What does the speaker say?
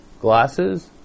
glasses